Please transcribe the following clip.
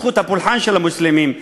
זכות הפולחן של המוסלמים,